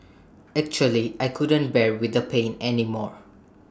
actually I couldn't bear with the pain anymore